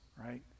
right